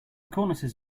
cornices